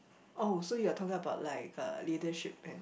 oh so you're talking about like uh leadership and